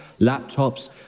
laptops